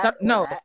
no